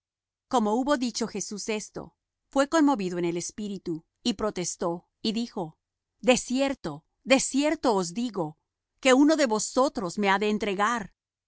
como hubo dicho jesús esto fué conmovido en el espíritu y protestó y dijo de cierto de cierto os digo que uno de vosotros me ha de entregar